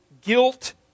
guilt